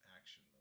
action